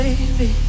Baby